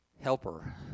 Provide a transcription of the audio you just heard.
helper